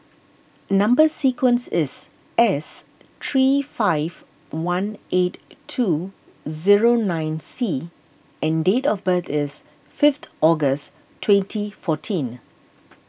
Number Sequence is S three five one eight two zero nine C and date of birth is fifth August twenty fourteen